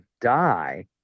die